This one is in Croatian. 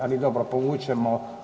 Ali dobro, povučemo.